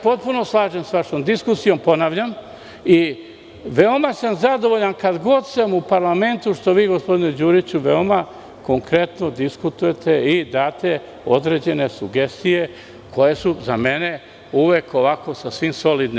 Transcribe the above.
Potpuno se slažem sa vašom diskusijom, ponavljam, i veoma sam zadovoljan, kad god sam u parlamentu, što vi, gospodine Đuriću, veoma konkretno diskutujete i dajete određene sugestije koje su za mene sasvim solidne.